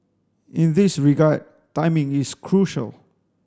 in this regard timing is crucial